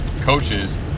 coaches